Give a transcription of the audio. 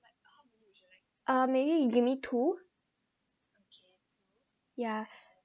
uh maybe you give me two yeah